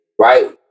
right